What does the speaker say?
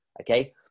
okay